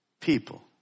people